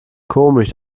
komisch